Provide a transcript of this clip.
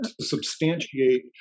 substantiate